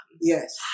Yes